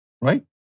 Right